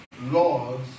laws